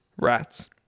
rats